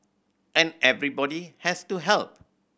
and everybody has to help